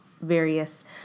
various